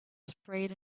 sprayed